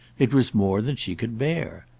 it was more than she could bear.